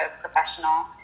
professional